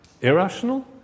Irrational